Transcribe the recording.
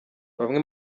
bamwe